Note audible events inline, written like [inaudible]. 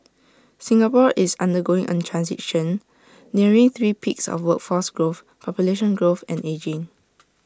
Singapore is undergoing A transition nearing three peaks of workforce growth population growth and ageing [noise]